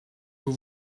vous